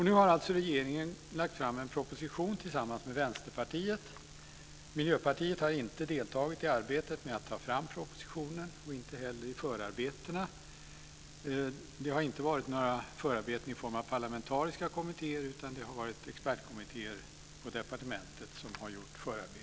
Nu har regeringen lagt fram en proposition tillsammans med Vänsterpartiet. Miljöpartiet har inte deltagit i arbetet med att ta fram propositionen, inte heller i förarbetena. Det har inte varit några parlamentariska kommittéer, utan det har varit expertkommittéer på departementet som har gjort förarbetet.